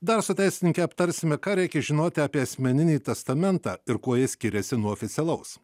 dar su teisininke aptarsime ką reikia žinoti apie asmeninį testamentą ir kuo ji skiriasi nuo oficialaus